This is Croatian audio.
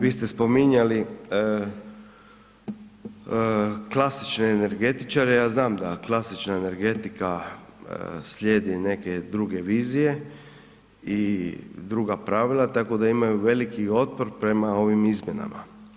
Vi ste spominjali klasične energetičare, ja znam da klasična energetika slijedi neke druge vizije i druga pravila tako da imaju veliki otpor prema ovim izmjenama.